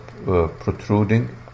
Protruding